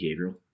behavioral